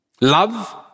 Love